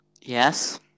Yes